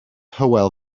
hywel